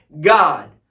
God